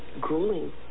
grueling